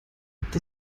gibt